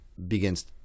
begins